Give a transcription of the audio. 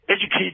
educate